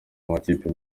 amakipe